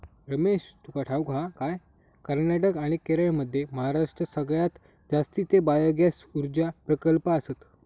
रमेश, तुका ठाऊक हा काय, कर्नाटक आणि केरळमध्ये महाराष्ट्रात सगळ्यात जास्तीचे बायोगॅस ऊर्जा प्रकल्प आसत